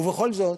ובכל זאת,